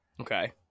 Okay